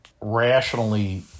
rationally